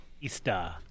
Easter